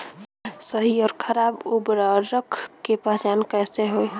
सही अउर खराब उर्बरक के पहचान कैसे होई?